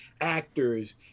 Actors